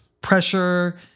pressure